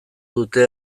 dute